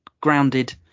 grounded